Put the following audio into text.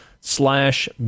slash